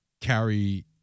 carry